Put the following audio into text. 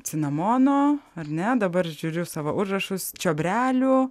cinamono ar ne dabar žiūriu savo užrašus čiobrelių